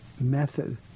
method